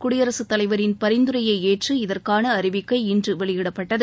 குடியரசுத்தலைவரின் பரிந்துரையை ஏற்று இதற்கான அறிவிக்கை இன்று வெளியிடப்பட்டது